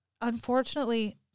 Unfortunately